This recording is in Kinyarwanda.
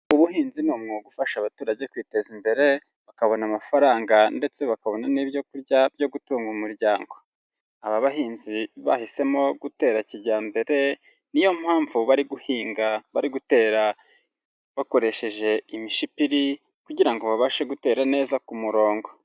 Ubuhinzi ni umwuga ugufasha abaturage kwiteza imbere bakabona amafaranga ndetse bakabona n'ibyo kurya byo gutunga umuryango. Aba bahinzi bahisemo gutera kijyambere, ni yo mpamvu bari guhinga, bari gutera bakoresheje imishipiri kugira ngo babashe gutera neza ku murongo.